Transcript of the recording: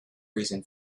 reason